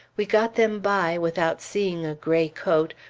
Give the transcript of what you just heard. we got them by without seeing a gray coat,